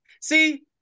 See